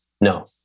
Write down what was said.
No